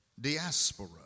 diaspora